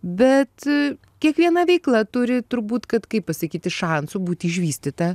bet kiekviena veikla turi turbūt kad kaip pasakyti šansų būt išvystyta